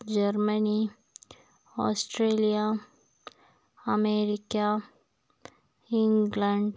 Germany Australia America England